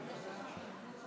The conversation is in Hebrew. ואחרי זה תהיה ההצבעה.